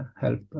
help